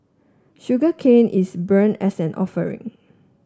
sugarcane is burnt as an offering